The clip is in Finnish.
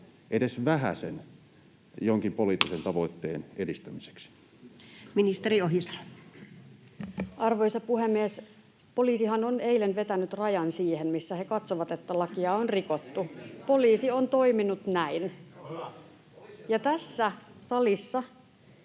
edes vähäsen jonkin poliittisen tavoitteen edistämiseksi? Ministeri Ohisalo. Arvoisa puhemies! Poliisihan on eilen vetänyt rajan siihen, missä he katsovat, että lakia on rikottu. Poliisi on toiminut näin. Tässä salissa